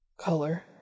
Color